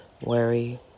worry